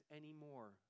anymore